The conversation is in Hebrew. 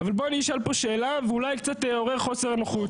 אבל אני אשאל פה שאלה ואולי קצת אעורר חוסר נוחות,